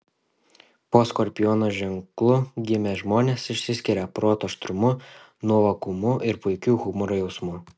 po skorpiono ženklu gimę žmonės išsiskiria proto aštrumu nuovokumu ir puikiu humoro jausmu